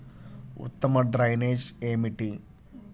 ఉత్తమ డ్రైనేజ్ ఏమిటి?